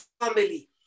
family